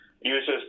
uses